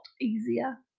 easier